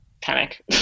panic